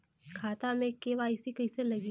खाता में के.वाइ.सी कइसे लगी?